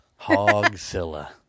Hogzilla